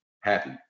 happy